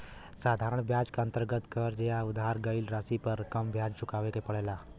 साधारण ब्याज क अंतर्गत कर्ज या उधार गयल राशि पर कम ब्याज चुकावे के पड़ेला